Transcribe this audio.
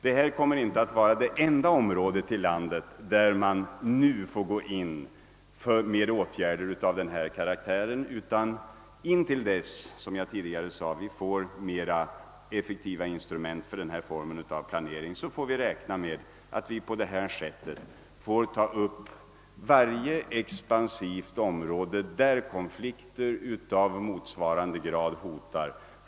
Detta är inte det enda område i landet där man kommer att få sätta in åtgärder av den här karaktären — intill dess vi får mer effektiva instrument för denna form av planering måste vi, som jag tidigare sagt, räkna med liknande åtgärder i varje expansivt område där konflikter av samma art hotar.